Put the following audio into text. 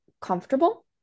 comfortable